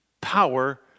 power